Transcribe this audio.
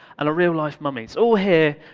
and real life mummies. all here,